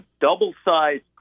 double-sized